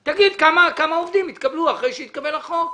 אבל תגיד כמה עובדים התקבלו אחרי שהתקבל החוק.